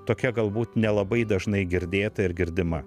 tokia galbūt nelabai dažnai girdėta ir girdima